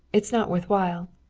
it is not worth while.